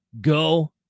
Go